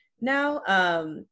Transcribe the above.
now